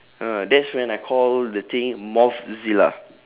ah that's when I call the thing mothzilla